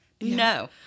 No